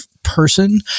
person